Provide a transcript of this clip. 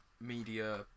media